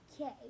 okay